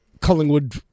Collingwood